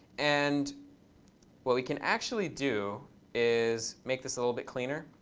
and we can actually do is make this a little bit cleaner.